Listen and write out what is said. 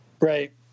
right